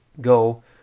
go